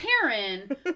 Karen